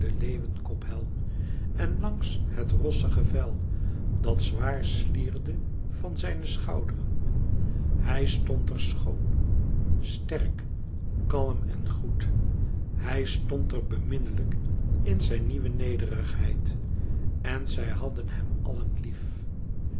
den leeuwenkophelm en langs het rossige vel dat zwaar slierde van zijne schouderen hij stond er schoon sterk kalm en goed hij stond er beminnelijk in zijn nieuwe nederigheid en zij hadden hem allen lief